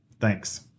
Thanks